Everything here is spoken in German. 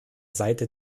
seite